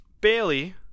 Bailey